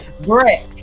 brick